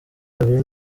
babiri